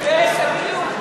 בדיוק.